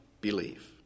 believe